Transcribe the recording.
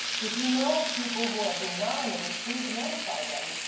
if you know of people who have been nominated, please notify them.